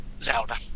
Zelda